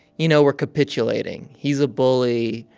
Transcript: you know, we're capitulating? he's a bully.